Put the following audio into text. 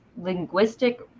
linguistic